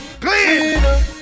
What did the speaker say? clean